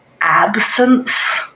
absence